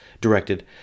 directed